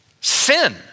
sin